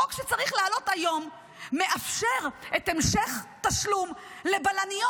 החוק שצריך לעלות היום מאפשר את המשך התשלום לבלניות.